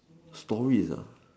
stories ah